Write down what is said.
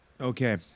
Okay